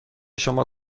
شما